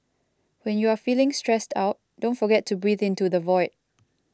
when you are feeling stressed out don't forget to breathe into the void